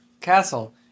castle